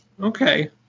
Okay